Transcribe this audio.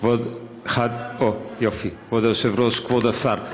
כבוד היושב-ראש, כבוד השר,